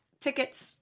tickets